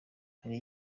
hari